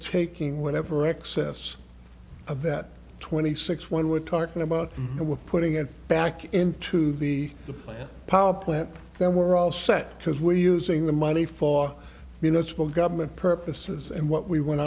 taking whatever excess of that twenty six when we're talking about it we're putting it back into the plant power plant that we're all set because we're using the money for you know small government purposes and what we want